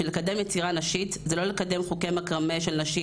שלקדם יצירה נשית זה לא לקדם חוגי מקרמה של נשים